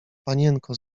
panienko